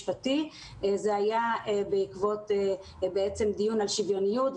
זה גם היה עניין משפטי, בעקבות דיון על שוויוניות.